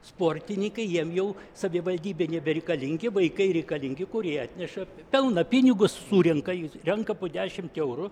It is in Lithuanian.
sportininkai jiem jau savivaldybei nebereikalingi vaikai reikalingi kurie atneša pelną pinigus surenka jis renka po dešimt eurų